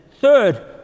Third